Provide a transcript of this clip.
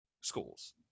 schools